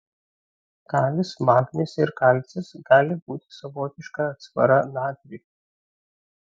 kalis magnis ir kalcis gali būti savotiška atsvara natriui